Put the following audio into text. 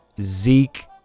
Zeke